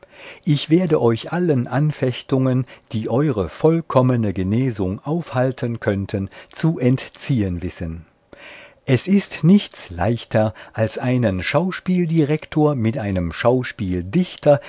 ich werde euch allen anfechtungen die eure vollkommene genesung aufhalten könnten zu entziehen wissen es ist nichts leichter als einen schauspieldirektor mit einem schauspieldichter dermaßen